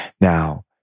Now